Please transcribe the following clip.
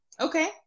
Okay